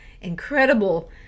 incredible